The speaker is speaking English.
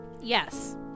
Yes